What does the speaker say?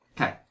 Okay